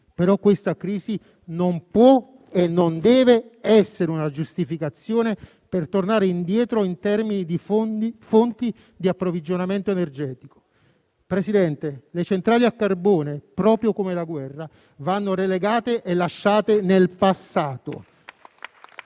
Però questa crisi non può e non deve essere una giustificazione per tornare indietro in termini di fonti di approvvigionamento energetico. Presidente, le centrali a carbone, proprio come la guerra, vanno relegate e lasciate nel passato.